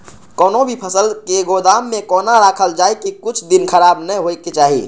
कोनो भी फसल के गोदाम में कोना राखल जाय की कुछ दिन खराब ने होय के चाही?